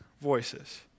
voices